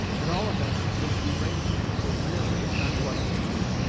at all events, his derangement was nearly if not quite complete.